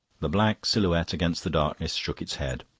the black silhouette against the darkness shook its head.